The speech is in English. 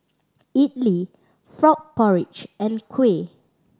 idly frog porridge and kuih